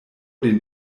den